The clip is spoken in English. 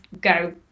go